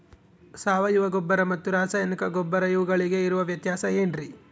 ಸಾವಯವ ಗೊಬ್ಬರ ಮತ್ತು ರಾಸಾಯನಿಕ ಗೊಬ್ಬರ ಇವುಗಳಿಗೆ ಇರುವ ವ್ಯತ್ಯಾಸ ಏನ್ರಿ?